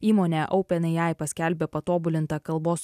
įmonę openai paskelbė patobulintą kalbos